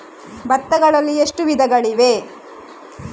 ಭತ್ತಗಳಲ್ಲಿ ಎಷ್ಟು ವಿಧಗಳಿವೆ?